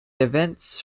events